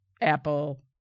Apple